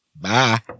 bye